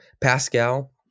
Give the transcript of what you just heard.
Pascal